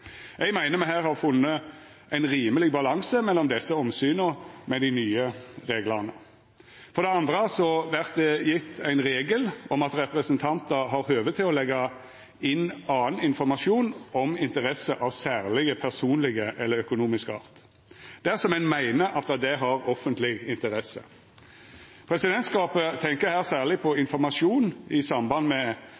Eg meiner me her har funne ein rimeleg balanse mellom desse omsyna med dei nye reglane. For det andre vert det gjeve ein regel om at representantar har høve til å leggja inn annan informasjon om interesser av særleg personleg eller økonomisk art, dersom ein meiner det har offentleg interesse. Presidentskapet tenkjer her særleg på